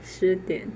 十点